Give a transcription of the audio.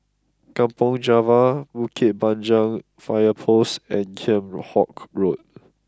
Kampong Java Bukit Panjang Fire Post and Kheam Hock Road